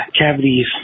cavities